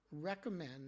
recommend